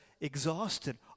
exhausted